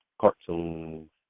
cartoons